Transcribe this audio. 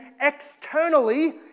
externally